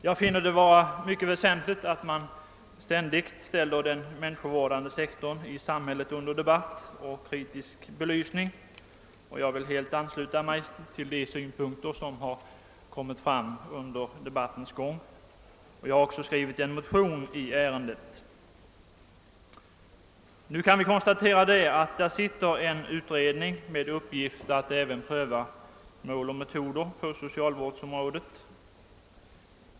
Jag finner det vara mycket väsentligt att man ständigt ställer den människovårdande sektorn i samhället under debatt och kritisk belysning, och jag vill helt ansluta mig till de synpunkter som har förts fram under diskussionens gång. Jag har också skrivit en motion i ärendet. Vi kan nu konstatera att det sitter en utredning med uppgift att även pröva mål och metoder på socialvårdsområdet.